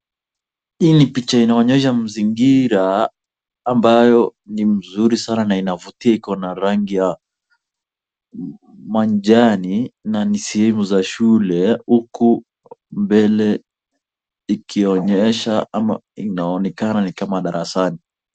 Hii ni picha inaonyesha mzingira ambayo ni mzuri sana na inavutia iko na rangi ya manjani na ni sehemu za shule huku mbele ikionyesha ama inaonekana kama ni darasani.